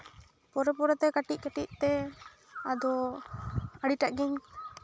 ᱯᱚᱨᱮ ᱯᱚᱨᱮᱛᱮ ᱠᱟᱹᱴᱤᱡ ᱠᱟᱹᱴᱤᱡᱛᱮ ᱟᱫᱚ ᱟᱹᱰᱤ ᱴᱟᱜ ᱜᱤᱧ